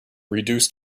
reduce